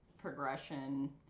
progression